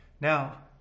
Now